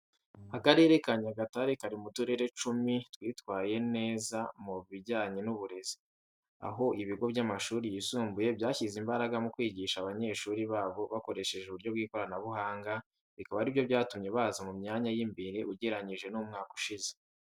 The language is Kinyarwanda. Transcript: Akarere ka Nyagatare kari mu turere icumi twitwaye neza mu bijyanye n'uburezi, aho ibigo by'amashuri yisumbuye byashyize imbaraga mu kwigisha abanyeshuri babo bakoresheje uburyo bw'ikoranamuhanga bikaba ari byo byatumye baza mu myanya y'imbere ugereranyije n'umwaka ushize.